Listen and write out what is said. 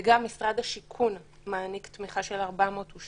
וגם משרד השיכון מעניק תמיכה של 402